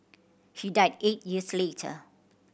he died eight years later